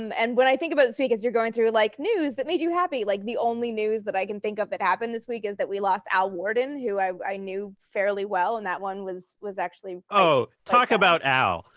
um and what i think about it this week as you're going through like news that made you happy, like the only news that i can think of it happened this week is that we lost al worden, who i knew fairly well. and that one was was actually oh, talk about al,